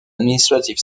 administrative